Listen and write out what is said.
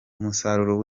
umusaruro